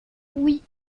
oui